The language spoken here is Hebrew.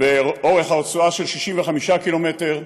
באורך הרצועה של 65 ק"מ,